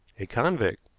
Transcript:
a convict,